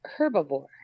herbivore